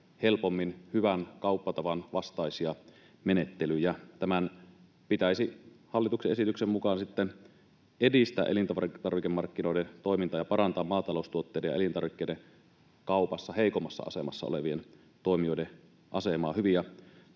helpommin hyvän kauppatavan vastaisia menettelyjä. Tämän pitäisi hallituksen esityksen mukaan sitten edistää elintarvikemarkkinoiden toimintaa ja parantaa maataloustuotteiden ja elintarvikkeiden kaupassa heikommassa asemassa olevien toimijoiden asemaa — hyviä